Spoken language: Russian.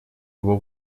его